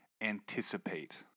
anticipate